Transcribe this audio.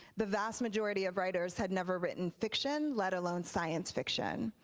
the vast majority of writers had never written fiction, let alone science fiction.